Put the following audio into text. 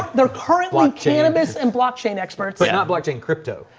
they're currently cannabis and blockchain experts, like and blockchain, crypto.